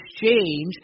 exchange